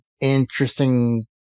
interesting